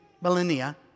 millennia